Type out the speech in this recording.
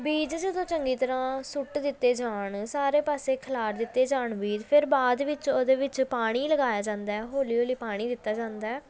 ਬੀਜ ਜਦੋਂ ਚੰਗੀ ਤਰ੍ਹਾਂ ਸੁੱਟ ਦਿੱਤੇ ਜਾਣ ਸਾਰੇ ਪਾਸੇ ਖਿਲਾਰ ਦਿੱਤੇ ਜਾਣ ਬੀਜ ਫਿਰ ਬਾਦ ਵਿੱਚ ਉਹਦੇ ਵਿੱਚ ਪਾਣੀ ਲਗਾਇਆ ਜਾਂਦਾ ਹੈ ਹੌਲੀ ਹੌਲੀ ਪਾਣੀ ਦਿੱਤਾ ਜਾਂਦਾ ਹੈ